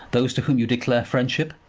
those to whom you declare friendship?